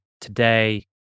today